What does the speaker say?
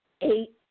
eight